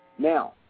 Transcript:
Now